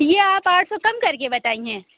یہ آپ آٹھ سو کم کر کے بتائی ہیں